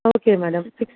okay madam six